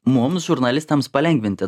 mums žurnalistams palengvinti